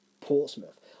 Portsmouth